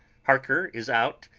harker is out,